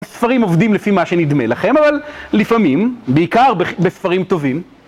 ספרים עובדים לפי מה שנדמה לכם, אבל לפעמים, בעיקר בספרים טובים